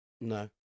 no